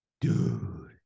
dude